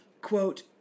quote